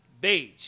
Beige